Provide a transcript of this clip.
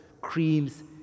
creams